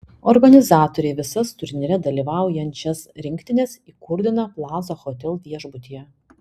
organizatoriai visas turnyre dalyvaujančias rinktines įkurdino plaza hotel viešbutyje